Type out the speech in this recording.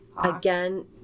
Again